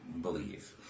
believe